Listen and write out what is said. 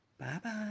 Bye-bye